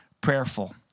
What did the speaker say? prayerful